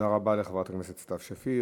תודה רבה לחברת הכנסת סתיו שפיר.